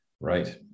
Right